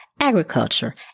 Agriculture